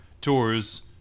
tours